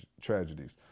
tragedies